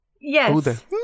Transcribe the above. Yes